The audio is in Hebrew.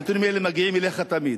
הנתונים האלה מגיעים אליך תמיד.